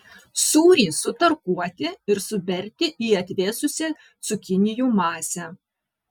sūrį sutarkuoti ir suberti į atvėsusią cukinijų masę